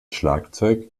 schlagzeug